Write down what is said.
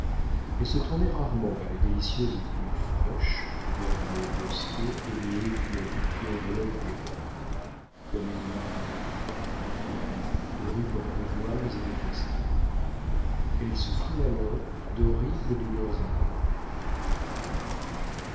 elle se tournait rarement vers les délicieuses vues fraîches vers les bosquets et les haies fleuries qui enveloppent guérande comme une mariée de fleurs de rubans de voiles et de festons elle souffrait alors d'horribles douleurs inconnues